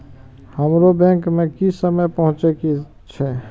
हमरो बैंक में की समय पहुँचे के छै?